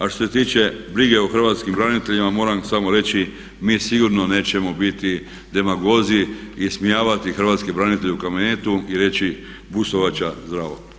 A što se tiče brige o hrvatskim braniteljima moram samo reći mi sigurno nećemo biti demagozi i ismijavati hrvatske branitelje u kabinetu i reći … [[Ne razumije se.]] Hvala lijepo.